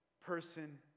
person